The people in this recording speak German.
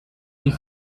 nie